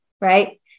right